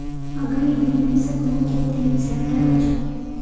अग्रीबिज़नेसत मुख्य तीन सेक्टर ह छे